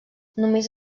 només